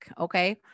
Okay